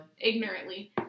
ignorantly